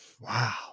Wow